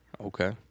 Okay